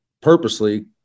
purposely